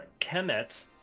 Kemet